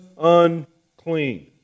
unclean